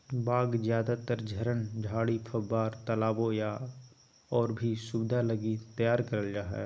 बाग ज्यादातर झरन, झाड़ी, फव्वार, तालाबो या और भी सुविधा लगी तैयार करल जा हइ